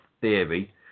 theory